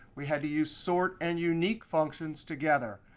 we had to use sort and unique functions together.